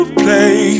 play